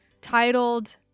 titled